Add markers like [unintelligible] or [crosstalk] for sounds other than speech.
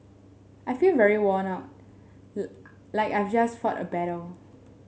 I feel very worn out [unintelligible] like I've just fought a battle